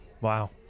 Wow